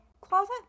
closet